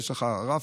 יש לך רב-קו,